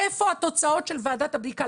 איפה התוצאות של ועדת הבדיקה?